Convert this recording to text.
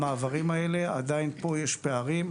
אדוני ראש העיר, על אילו עבירות אתה מדבר?